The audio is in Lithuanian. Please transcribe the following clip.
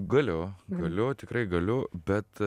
galiu galiu tikrai galiu bet